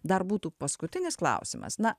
dar būtų paskutinis klausimas na